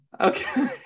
okay